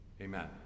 Amen